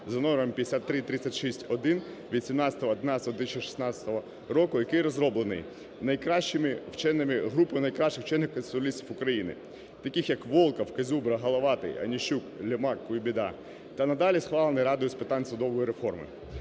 за номером 5336-1 від 17.11.2016 року, який розроблений групою найкращих вчених-конституціоналістів України, таких як Волков, Козюбра, Головатий, Онищук, Лемак, Куйбіда, та надалі схвалений Радою з питань судової реформи.